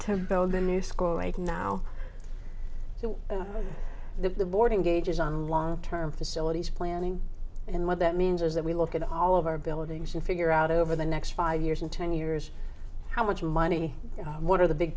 to build a new school right now so the boarding gauges on long term facilities planning and what that means is that we look at all of our buildings and figure out over the next five years in ten years how much money what are the big